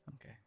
Okay